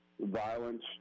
violence